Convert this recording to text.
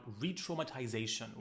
re-traumatization